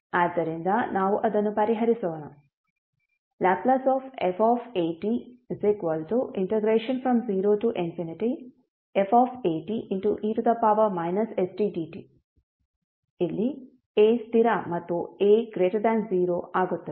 ಆದ್ದರಿಂದ ನಾವು ಅದನ್ನು ಪರಿಹರಿಸೋಣ Lf0fate stdt ಇಲ್ಲಿ a ಸ್ಥಿರ ಮತ್ತು a 0 ಆಗುತ್ತದೆ